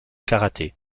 karaté